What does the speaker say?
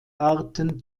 arten